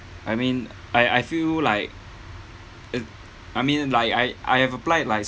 I mean I I feel like it I mean like I I have applied like